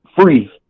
free